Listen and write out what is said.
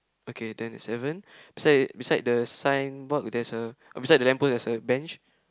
okay twenty seven beside beside the sign board there's a uh beside the lamp post there's a bench